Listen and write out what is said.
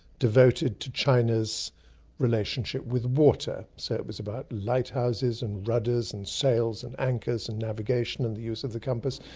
devoted to china's relationship with water, so it was about lighthouses, and rudders and sails, and anchors and navigation and the use of the compass,